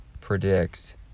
predict